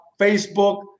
Facebook